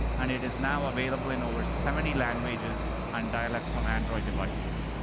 and it is now available in over seventy languages and dialects on android devices.